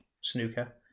snooker